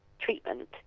treatment